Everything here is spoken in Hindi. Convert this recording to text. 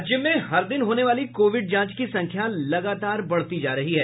राज्य में हर दिन होने वाली कोविड जांच की संख्या लगातार बढ़ती जा रही है